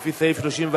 לפי סעיף 34(א).